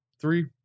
three